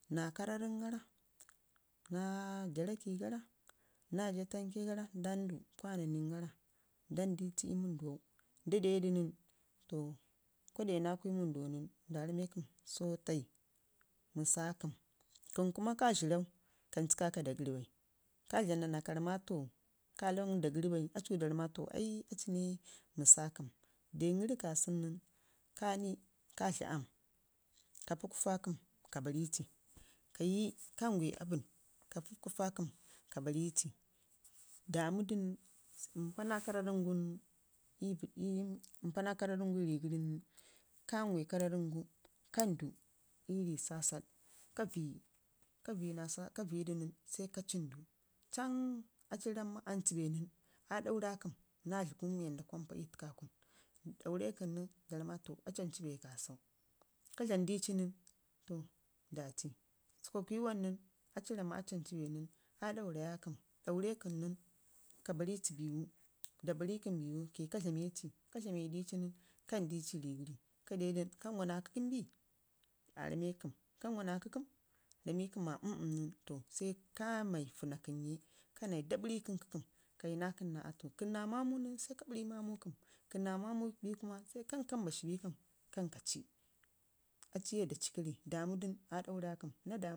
naa karranəən gara, naajaa raki gara, naa jaa tamke gara sai dandu lavananin gara danditu ii wəndwau, ndadedu nən kwa de nakun ii wəndu wau nən nda rammau to sotai nəsakəm, kəm kuma ka zhirrau kanci kaka dagəri bai ka dlam naa na ka ramma to ka launa daageri bai acu da ramma to accu məsakə don gəri kasu nən. Kani ka dli aam kapii kufa kəm ka ɓarrici, ƙayi ka ngwe aabən kapii kufakəm ka barrici damudu. Dan, umpana karrarin gun ii rii gəri nən, ka ngwai karra ringu kandu ii rii sasaɗ ka vəyi, ka vəyidu nən sai ka zəmdu chan accuu ramma ancu bee nən aa daurakəm naa dləgun wanda karanpa ii iɗakun daure kəm nən da ram, ma to acu ancu bee kasau ka dlam dici nən to daaci sukwakuyum wam nən aci ramma, ancu bee nən aa ɗaureya kəm, daure kəm nən ƙa ɓarrici biwu da barri kəm biwu kayi ka dlame ci, ka dlame di cin ƙandici ii sigəri ka dedu nən kangwana kəkəmbii aa ramekəm kanngwana kəkəm fo sai kame fənna kənye kanai da bərrikəm kəkəm, kayi nakəm naa atu, kəm naa mamu nən sai ka bərri ii mamu kəm kəm naa mamu bin kwa sai kan mbashi kan kaci aciye da ci kərri dammudu nən aa daura kəm aa damudu kayi kayi kami dən kəlwa mii wande nda pe pəm aabən ci kunugu dandi kəm.